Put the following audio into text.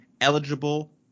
eligible